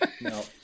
No